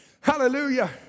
Hallelujah